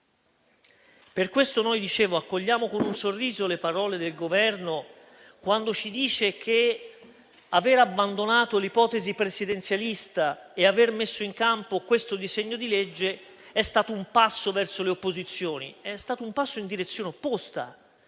Per questo noi accogliamo con un sorriso le parole del Governo quando ci dice che aver abbandonato l'ipotesi presidenzialista e aver messo in campo questo disegno di legge è stato un passo verso le opposizioni. È stato un passo in direzione opposta,